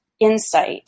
insight